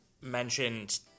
mentioned